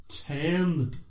ten